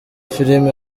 filime